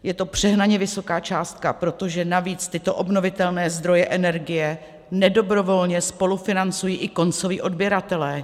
Je to přehnaně vysoká částka, protože navíc tyto obnovitelné zdroje energie nedobrovolně spolufinancují i koncoví odběratelé.